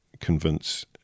convince